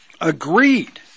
agreed